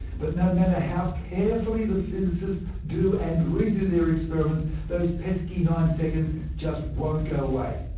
but no matter how carefully the physicists do and redo their experiments, those pesky nine seconds just won't go away.